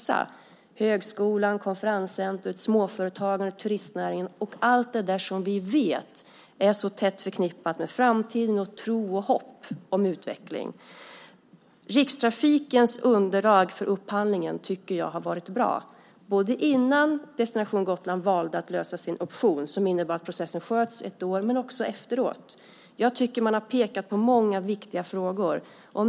Det handlar om högskolan, konferenscentret, småföretagandet, turistnäringen och allt det som vi vet är så tätt förknippat med framtiden, tro och hopp om utveckling. Rikstrafikens underlag för upphandlingen har varit bra. Det gäller både innan Destination Gotland valde att lösa sin option, som innebar att processen sköts fram ett år, och efteråt. Jag tycker att man har pekat på många viktiga frågor.